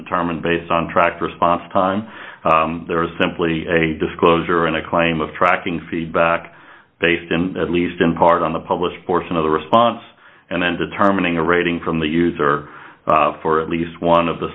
determined based on track response time there is simply a disclosure and a claim of tracking feedback based in at least in part on the published portion of the response and then determining a rating from the user for at least one of the